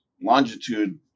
Longitude